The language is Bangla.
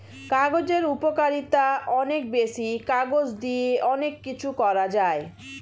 কাগজের উপকারিতা অনেক বেশি, কাগজ দিয়ে অনেক কিছু করা যায়